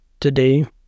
Today